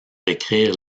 écrire